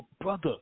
brother